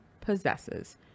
possesses